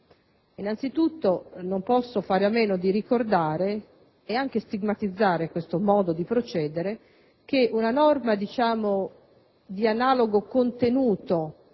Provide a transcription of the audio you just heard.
Innanzitutto, non posso fare a meno di ricordare e anche di stigmatizzare questo modo di procedere, ricordando che una norma di analogo tema